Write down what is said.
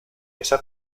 esa